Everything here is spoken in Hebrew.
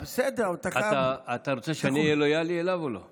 אתה רוצה שאני אהיה לויאלי אליו או לא?